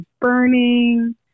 burning